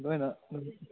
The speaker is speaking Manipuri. ꯅꯣꯏꯅ